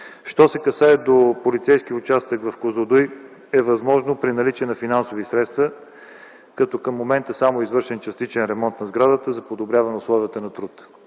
Що се касае до Полицейския участък в Козлодуй – възможно е при наличие на финансови средства да стане това. Към момента е извършен само частичен ремонт на сградата за подобряване условията на труд.